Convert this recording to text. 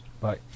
Bye